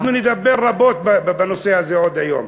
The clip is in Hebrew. אנחנו נדבר רבות בנושא הזה עוד היום.